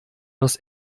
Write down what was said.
los